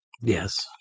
Yes